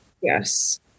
Yes